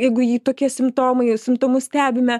jeigu jį tokie simptomai simptomus stebime